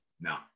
No